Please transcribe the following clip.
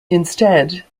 instead